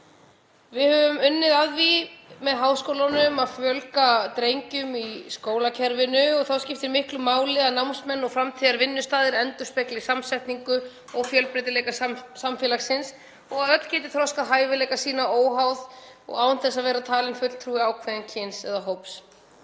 Við höfum unnið að því með háskólunum að fjölga drengjum í skólakerfinu og þá skiptir miklu máli að námsmenn og framtíðarvinnustaðir endurspegli samsetningu og fjölbreytileika samfélagsins og að öll geti þroskað hæfileika sína óháð því og án þess að vera talin fulltrúi ákveðins kyns eða hóps.